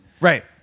Right